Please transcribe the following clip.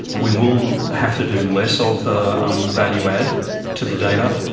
we will have to do less of the um value add to the data.